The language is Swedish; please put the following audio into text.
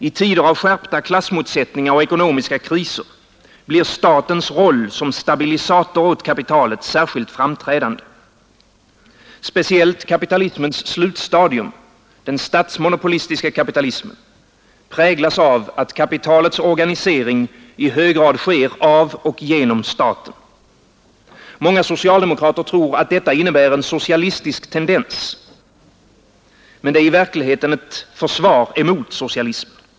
I tider av skärpta klassmotsättningar och ekonomiska kriser blir statens roll som stabilisator åt kapitalet särskilt framträdande. Speciellt kapitalismens slutstadium, den statsmonopolistiska kapitalismen, präglas av att kapitalets organisering i hög grad sker av och genom staten. Många socialdemokrater tror att detta innebär en socialistisk tendens, men det är i verkligheten ett försvar emot socialismen.